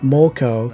Molko